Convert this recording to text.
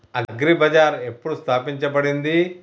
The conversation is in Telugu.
అగ్రి బజార్ ఎప్పుడు స్థాపించబడింది?